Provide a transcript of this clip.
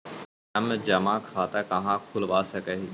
हम जमा खाता कहाँ खुलवा सक ही?